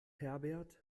herbert